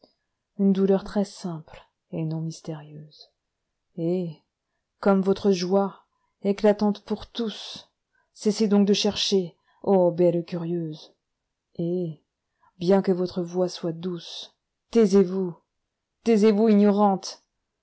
une douleur très-simple et non mystérieuse et comme votre joie éclatante pour tous cessez donc de chercher ô belle curieuse et bien que votre voix soit douce taisez vousi taisez-vous ignorante